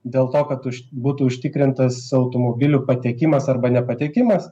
dėl to kad būtų užtikrintas automobilių patekimas arba nepateikimas